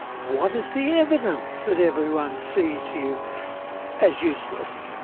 what is the evidence that everyone sees you as useless?